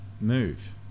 move